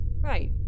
right